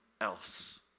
else